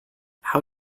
how